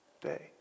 day